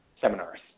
seminars